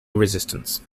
resistance